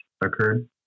occurred